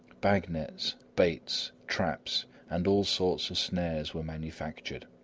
bag-nets, baits, traps and all sorts of snares were manufactured.